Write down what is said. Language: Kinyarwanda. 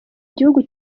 gihugu